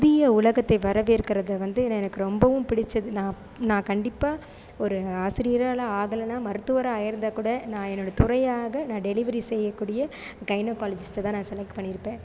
புதிய உலகத்தை வரவேற்கிறத வந்து என்ன எனக்கு ரொம்பவும் பிடிச்சது நான் நான் கண்டிப்பாக ஒரு ஆசிரியராக ஆகலைன்னா மருத்துவராக ஆகிருந்தாக்கூட நான் என்னோடய துறையாக நான் டெலிவரி செய்யக்கூடிய கைனோகாலஜிஸ்ட்டை தான் நான் செலக்ட் பண்ணியிருப்பேன்